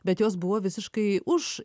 bet jos buvo visiškai už